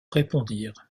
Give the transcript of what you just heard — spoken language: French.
répondirent